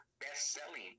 best-selling